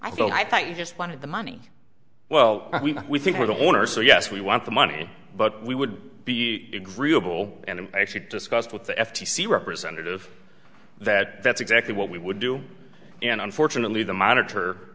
don't i thought you just wanted the money well we think we're the owners so yes we want the money but we would be agreeable and actually discussed with the f t c representative that that's exactly what we would do and unfortunately the monitor